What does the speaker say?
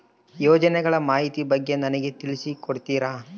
ಯೋಜನೆಗಳ ಮಾಹಿತಿ ಬಗ್ಗೆ ನನಗೆ ತಿಳಿಸಿ ಕೊಡ್ತೇರಾ?